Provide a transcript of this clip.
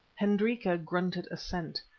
hendrika grunted assent.